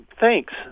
thanks